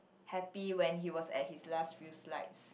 happy when he was at his last few slides